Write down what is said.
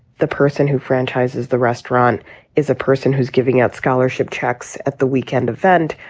the person who franchises the restaurant is a person who's giving out scholarship checks at the weekend event,